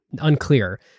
unclear